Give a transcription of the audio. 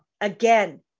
Again